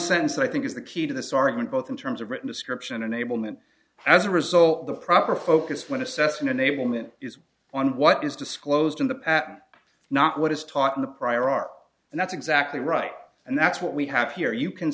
sentence i think is the key to this argument both in terms of written description unable meant as a result the proper focus when assessing enablement is on what is disclosed in the patent not what is taught in the prior art and that's exactly right and that's what we have here you can